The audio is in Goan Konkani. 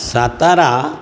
सातारा